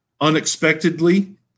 unexpectedly